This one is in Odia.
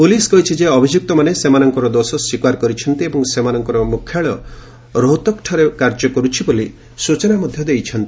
ପୁଲିସ୍ କହିଛି ଯେ ଅଭିଯୁକ୍ତମାନେ ସେମାନଙ୍କର ଦୋଷ ସ୍ୱୀକାର କରିଛନ୍ତି ଏବଂ ସେମାନଙ୍କର ମୁଖ୍ୟାଳୟ ରୋହତକ୍ଠାରେ କାର୍ଯ୍ୟ କରୁଛି ବୋଲି ସୂଚନା ଦେଇଛନ୍ତି